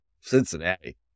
Cincinnati